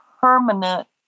permanent